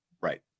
Right